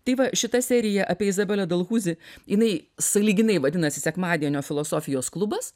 tai va šita serija apie izabelę delhuzi jinai sąlyginai vadinasi sekmadienio filosofijos klubas